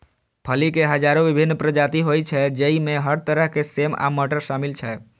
फली के हजारो विभिन्न प्रजाति होइ छै, जइमे हर तरह के सेम आ मटर शामिल छै